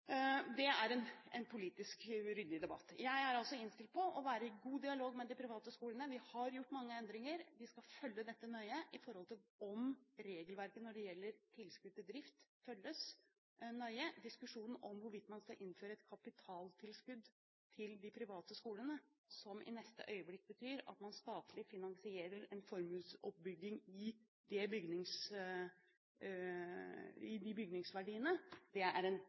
Det er en politisk ryddig debatt. Jeg er innstilt på å være i en god dialog med de private skolene. Vi har gjort mange endringer. Vi skal følge dette nøye med tanke på om regelverket når det gjelder tilskudd til drift, følges nøye. Diskusjonen om hvorvidt man skal innføre et kapitaltilskudd til de private skolene, som i neste øyeblikk betyr at man statlig finansierer en formuesoppbygging i bygningsverdiene, er en annen diskusjon. Det blir åpnet opp for replikkordskifte. Statsråden slår fast at det er